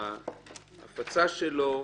להפצה שלו.